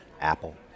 Apple